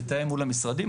לתאם מול המשרדים,